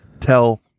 tell